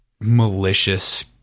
malicious